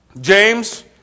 James